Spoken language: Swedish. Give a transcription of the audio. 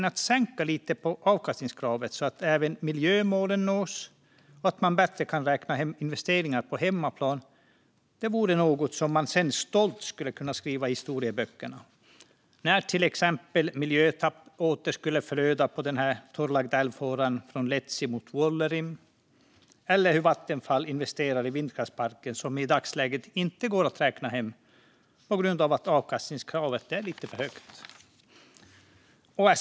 Att sänka avkastningskravet lite så att även miljömålen nås och så att man bättre kan räkna hem investeringar på hemmaplan vore något som man stolt skulle kunna skriva i historieböckerna, till exempel när "miljötapp" åter flödar i den torrlagda älvfåran från Letsi mot Vuollerim eller när Vattenfall investerar i vindkraftsparker som i dagsläget inte går att räkna hem på grund av att avkastningskravet är lite för högt.